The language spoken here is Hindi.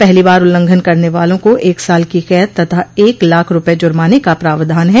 पहली बार उल्लंघन करने वालों को एक साल की कैद तथा एक लाख रूपये जुर्माने का प्रावधान है